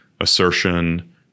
assertion